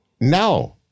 no